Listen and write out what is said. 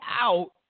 out